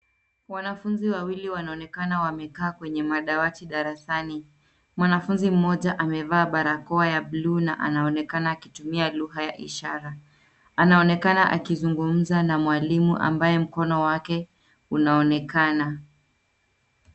Wanafunzi wawili wanaonekana wamekaa kwenye madawati darasani. Mwanafunzi mmoja amevaa barakoa ya bluu na anaonekana akitumia lugha ya ishara. Anaonekana akizugumza na mwalimu ambaye mkono wake unaonekana.